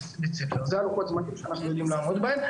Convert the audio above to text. אלו לוחות הזמנים שאנחנו יכולים לעמוד בהם,